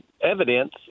evidence